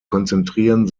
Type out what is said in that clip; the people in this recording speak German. konzentrieren